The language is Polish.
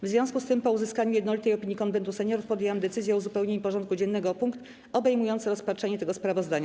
W związku z tym, po uzyskaniu jednolitej opinii Konwentu Seniorów, podjęłam decyzję o uzupełnieniu porządku dziennego o punkt obejmujący rozpatrzenie tego sprawozdania.